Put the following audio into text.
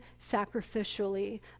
sacrificially